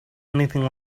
anything